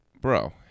Bro